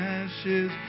ashes